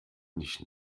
nicht